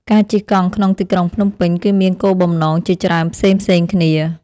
ការជិះកង់ក្នុងទីក្រុងភ្នំពេញ គឺមានគោលបំណងជាច្រើនផ្សេងៗគ្នា។